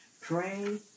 pray